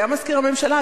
הוא היה מזכיר הממשלה,